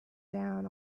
down